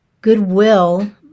Goodwill